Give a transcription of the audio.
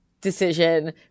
decision